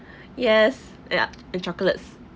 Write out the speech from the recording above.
yes yeah the chocolates